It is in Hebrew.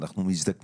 אבל אנחנו מזדקנים,